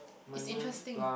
it's interesting